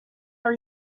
are